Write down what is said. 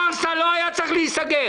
חרסה לא היה צריך להיסגר.